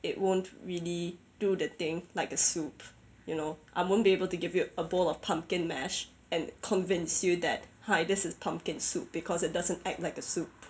it won't really do the thing like the soup you know I won't be able to give you a bowl of pumpkin mash and convince you that hi this is pumpkin soup because it doesn't act like a soup